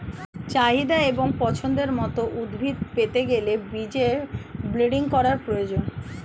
চাহিদা এবং পছন্দের মত উদ্ভিদ পেতে গেলে বীজের ব্রিডিং করার প্রয়োজন